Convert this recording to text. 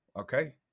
Okay